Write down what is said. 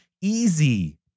easy